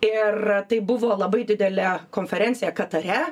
ir tai buvo labai didelė konferencija katare